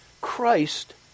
Christ